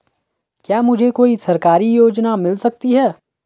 क्या मुझे कोई सरकारी योजना मिल सकती है?